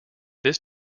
this